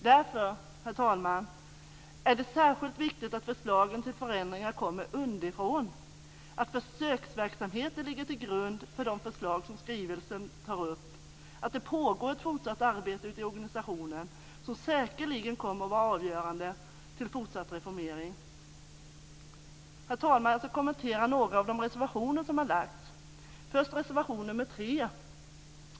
Därför, herr talman, är det särskilt viktigt att förslagen till förändringar kommer underifrån, att försöksverksamheter ligger till grund för de förslag som tas upp i skrivelsen och att det pågår ett fortsatt arbete ute i organisationen som säkerligen kommer att vara avgörande för fortsatt reformering. Herr talman! Jag ska kommentera några av de reservationer som har lagts, först reservation nr 3.